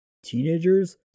teenagers